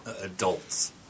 adults